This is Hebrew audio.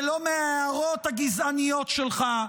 ולא מהערות הגזעניות שלך,